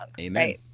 Amen